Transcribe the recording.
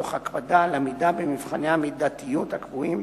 תוך הקפדה על עמידה במבחני המידתיות הקבועים